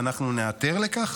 ואנחנו ניעתר לכך.